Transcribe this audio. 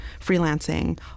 freelancing